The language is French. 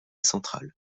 central